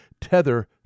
Tether